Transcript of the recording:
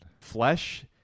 Flesh